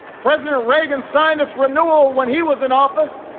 president reagan signed its renewal when he was in office.